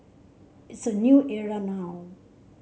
it's a new era now